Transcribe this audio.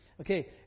Okay